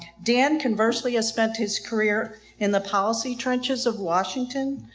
dan conversely has spent his career in the policy trenches of washington,